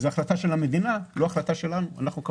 זה החלטה של המדינה, לא שלנו.